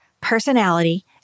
personality